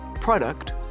product